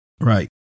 Right